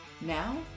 Now